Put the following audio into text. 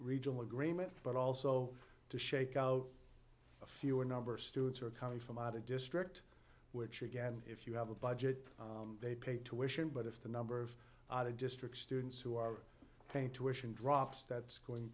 regional agreement but also to shake out a fewer number of students are coming from out of district which are again if you have a budget they pay tuition but if the number of districts students who are paying tuition drops that's going